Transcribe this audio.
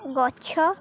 ଗଛ